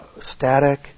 static